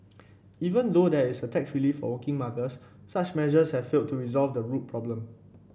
even though there is tax relief for working mothers such measures have failed to resolve the root problem